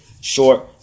short